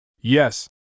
Yes